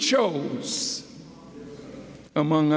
chose among